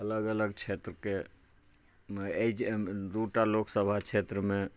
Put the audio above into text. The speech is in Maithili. अलग अलग क्षेत्रके अइ जे दू टा लोकसभा क्षेत्रमे